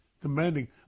demanding